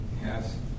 Yes